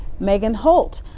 megan holt,